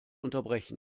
unterbrechen